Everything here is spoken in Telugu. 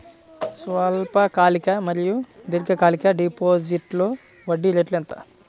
స్వల్పకాలిక మరియు దీర్ఘకాలిక డిపోజిట్స్లో వడ్డీ రేటు ఎంత?